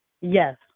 Yes